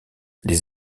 les